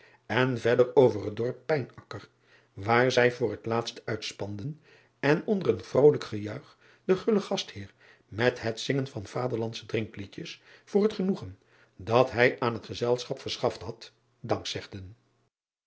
en verder over het dorp ijnaker waar zij voor het laatst uit driaan oosjes zn et leven van aurits ijnslager spanden en onder een vrolijk gejuich den gullen gastheer met het zingen van aderlandsche drinkliedjes voor het genoegen dat hij aan het gezelschap verschaft had dankzegden